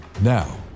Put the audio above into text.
Now